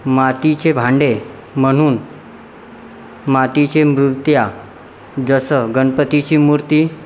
मातीचे भांडे म्हणून मातीचे मूर्त्या जसं गणपतीची मूर्ती